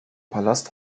palast